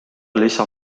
lisa